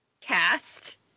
cast